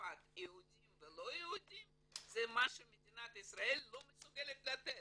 בצרפת יהודים ולא יהודים זה מה שמדינת ישראל לא מסוגלת לתת.